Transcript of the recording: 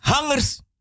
...hangers